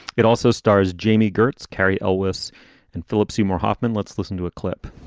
it also stars jamie gert's carey ellis and philip seymour hoffman. let's listen to a clip.